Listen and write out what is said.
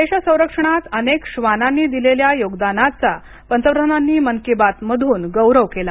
देश संरक्षणात अनेक श्वानांनी दिलेल्या योगदानाचा पंतप्रधानांनी मन की बात मधून गौरव केला